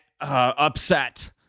upset